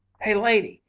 hey, lady!